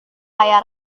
kaya